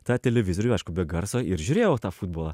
tą televizorių aišku be garso ir žiūrėjau tą futbolą